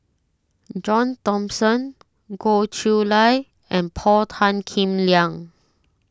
John Thomson Goh Chiew Lye and Paul Tan Kim Liang